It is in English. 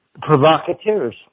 Provocateurs